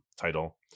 title